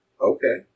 Okay